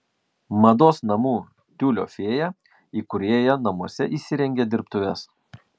mados namų tiulio fėja įkūrėja namuose įsirengė dirbtuves